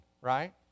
right